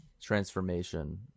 transformation